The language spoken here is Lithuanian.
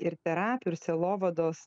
ir terapijų ir sielovados